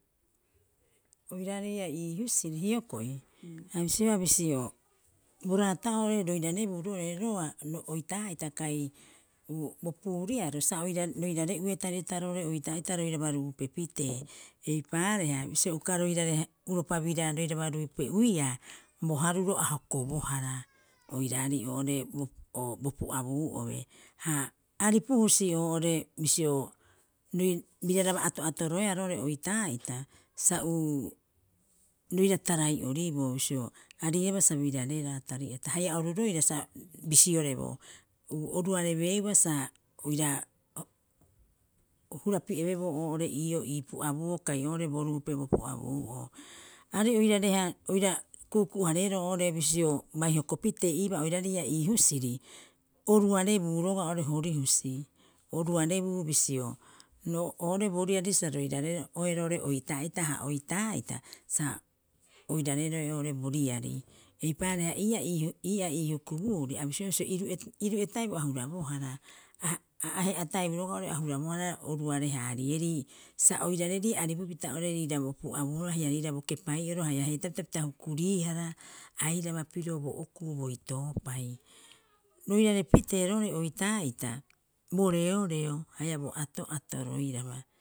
Oiraarei ii'aa ii husiri hioko'i a bisioea bisio bo raata'oo oo'ore roirarebuu roo're oitaa'ita kai bo puuriaro, sa roirare'ue tari'ata roo'ore oitaa'ita roiraba ruupe pitee. Eipaareha bisio uka roirareupa roiraba ruupe'uiaa, bo haruro a hokobohara oiraaarei oo'ore bo pu'abuu'obe. Ha aripu husi oo'ore bisio biraraba ato'atoroeaa roo'ore oitaa'ita sa uu, roira tarai'oriboo bisio, a riiriiabaa sa birareeraa tari'ata haia oru roira sa bisioreboo, oruarebeeuba sa oira o hurapi'ebeboo oo'ore ii'oo ii puabuuo kai oo'ore bo ruupe bo puu'abuu'oo. Arei oirare- oira kuuku'u- hareeroo oo'ore bisio bai hoko pitee ii baa oiraarei ii husiri, oruarebuu roga'a oo'ore hori husii. Oruarebuu bisio ro oo'ore bo riari sa roirare oitaa'ita, ha oitaa'ita sa oirareroe oo'ore bo riari. Eipaareha ii'aa ii huk, ii'aa ii hukubuuri a bisioea bisio iru'e taibu a hurabohara ahe'a taibu rogaa a hurabohara oruare- haarieri sa oirarerie arii'opita oo'ore riira bo pu'buu'oro haia riira bo kepai'oro haia heetaapita pita hukuriihara airaba pirio bo okuu boitoopai. Roirare pitee roo'ore oitaa'ita bo reoreo haia bo ato'ato roiraba.